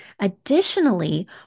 Additionally